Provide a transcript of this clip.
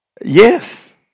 yes